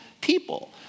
people